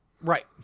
Right